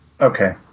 Okay